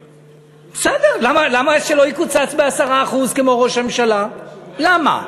בסדר, למה שלא יקוצץ ב-10% כמו ראש הממשלה, למה?